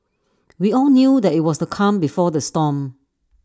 we all knew that IT was the calm before the storm